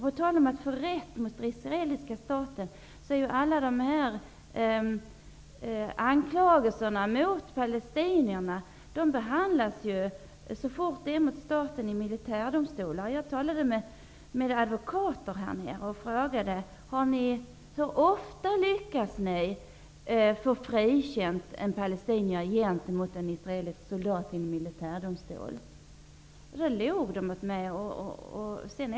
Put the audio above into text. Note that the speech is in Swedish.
På tal om att få rätt mot israeliska staten: alla de här anklagelserna mot palestinierna behandlas i militärdomstolar. Jag talade med advokater där nere och frågade: Hur ofta lyckas ni få en palestinier frikänd gentemot en israelisk soldat i en militärdomstol? Då log de mot mig.